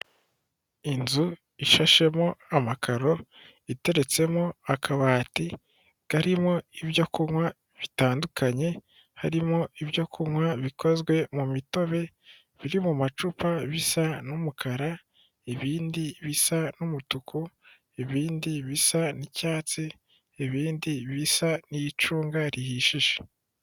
Inzu ishashemo amakaro iteretsemo akabati karimo ibyo kunywa bitandukanye, harimo ibyo kunywa bikozwe mu mitobe biri mu macupa bisa n'umukara, ibindi bisa n'umutuku, ibindi bisa n'icyatsi ibindi bisa n'icunga rihishije.